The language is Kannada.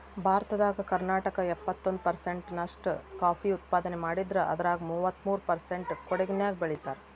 ಭಾರತದಾಗ ಕರ್ನಾಟಕ ಎಪ್ಪತ್ತೊಂದ್ ಪರ್ಸೆಂಟ್ ನಷ್ಟ ಕಾಫಿ ಉತ್ಪಾದನೆ ಮಾಡಿದ್ರ ಅದ್ರಾಗ ಮೂವತ್ಮೂರು ಪರ್ಸೆಂಟ್ ಕೊಡಗಿನ್ಯಾಗ್ ಬೆಳೇತಾರ